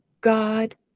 God